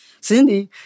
Cindy